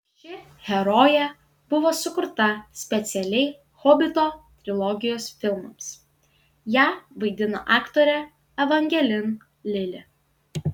ši herojė buvo sukurta specialiai hobito trilogijos filmams ją vaidina aktorė evangelin lili